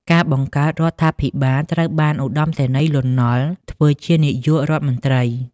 ការបង្កើតរដ្ឋាភិបាលត្រូវបានឧត្តមសេនីយ៍ លន់ នល់ ធ្វើជានាយករដ្ឋមន្ត្រី។